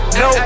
no